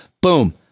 Boom